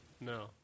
No